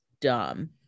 dumb